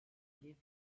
give